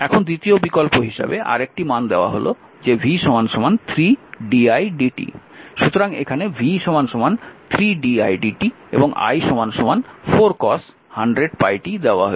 এখন দ্বিতীয় বিকল্প হিসাবে আরেকটি মান দেওয়া হল যে v 3 didt সুতরাং এখানে v 3 didt এবং i 4 cos 100πt দেওয়া হয়েছে